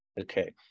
Okay